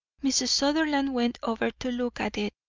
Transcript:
mrs. sutherland went over to look at it.